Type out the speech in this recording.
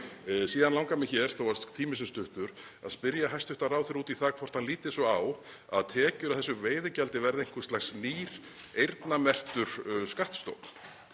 Síðan langar mig hér, þó að tíminn sé stuttur, að spyrja hæstv. ráðherra út í það hvort hann líti svo á að tekjur af þessu veiðigjaldi verði einhvers lags nýr eyrnamerktur skattstofn.